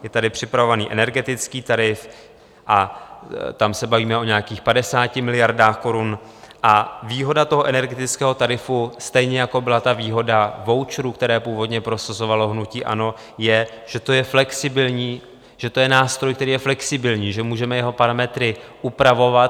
Je tady připravovaný energetický tarif a tam se bavíme o nějakých 50 miliardách korun, a výhoda energetického tarifu, stejně jako byla výhoda voucherů, které původně prosazovalo hnutí ANO, je, že to je flexibilní, že to je nástroj, který je flexibilní, že můžeme jeho parametry upravovat.